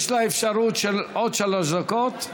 יש לה אפשרות של עוד שלוש דקות.